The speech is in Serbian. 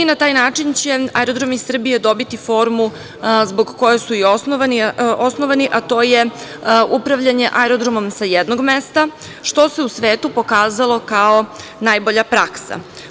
Na taj način će Aerodromi Srbije dobiti formu zbog koje su i osnovani, a to je upravljanje aerodromom sa jednog mesta, što se u svetu pokazalo kao najbolja praksa.